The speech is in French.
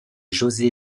josé